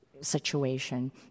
situation